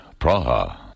Praha